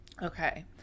Okay